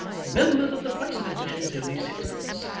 remember that the price of admission is only sixpence,